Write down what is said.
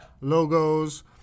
logos